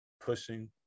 pushing